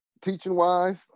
teaching-wise